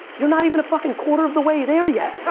you're not even a fucking quarter of the way there yet.